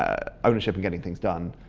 ownership and getting things done,